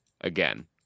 Again